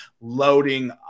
Loading